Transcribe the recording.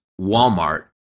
Walmart